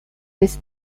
this